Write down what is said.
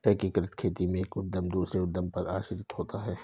एकीकृत खेती में एक उद्धम दूसरे उद्धम पर आश्रित होता है